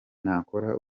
nakora